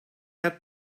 had